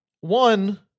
one